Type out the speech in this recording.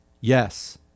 yes